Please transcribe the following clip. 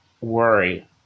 worry